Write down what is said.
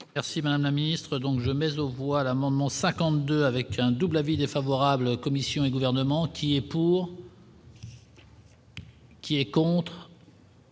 Merci madame la ministre, donc je mais voire amendement 52 avec un double avis défavorable, commissions et gouvernements qui est pour. Qui est contre.